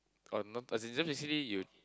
orh not as in just basically you